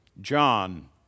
John